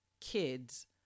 kids